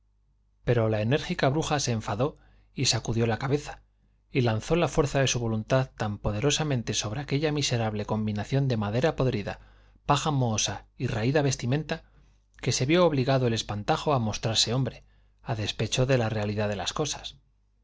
pero la enérgica bruja se enfadó y sacudió la cabeza y lanzó la fuerza de su voluntad tan poderosamente sobre aquella miserable combinación de madera podrida paja mohosa y raída vestimenta que se vió obligado el espantajo a mostrarse hombre a despecho de la realidad de las cosas